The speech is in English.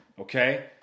okay